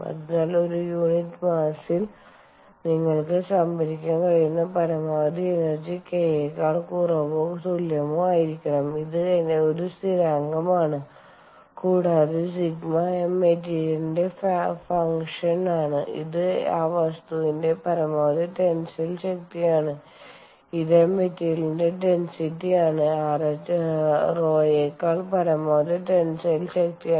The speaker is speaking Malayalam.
അതിനാൽ ഒരു യൂണിറ്റ് മാസ്സിൽമാസ്സ് നിങ്ങൾക്ക് സംഭരിക്കാൻ കഴിയുന്ന പരമാവധി എനർജി k യേക്കാൾ കുറവോ തുല്യമോ ആയിരിക്കണം ഇത് ഒരു സ്ഥിരാങ്കമാണ് കൂടാതെ സിഗ്മ m മെറ്റീരിയലിന്റെ ഫങ്ക്ഷൻ ആണ് ഇത് ആ വസ്തുവിന്റെ പരമാവധി ടെൻസൈൽ ശക്തിയാണ് ഇത് ആ മെറ്റീരിയലിന്റെ ഡെൻസിറ്റിയായ rho യെക്കാൾ പരമാവധി ടെൻസൈൽ ശക്തിയാണ്